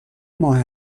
ماه